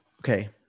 Okay